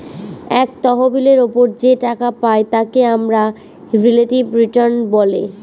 এক তহবিলের ওপর যে টাকা পাই তাকে আমরা রিলেটিভ রিটার্ন বলে